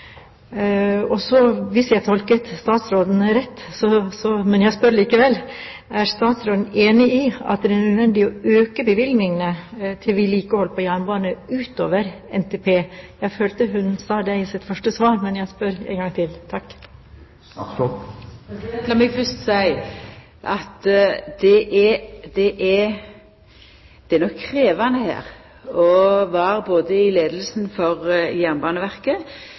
Hvis jeg tolket statsråden rett – men jeg spør likevel: Er statsråden enig i at det er nødvendig å øke bevilgningene til vedlikehold på jernbanen utover NTP? Jeg følte hun sa det i sitt første svar, men jeg spør en gang til. Lat meg fyrst seia at det er nok krevjande å vera i leiinga i Jernbaneverket, og det kan òg kjennast krevjande for både storting og regjering å